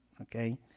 Okay